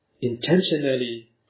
intentionally